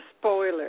spoiler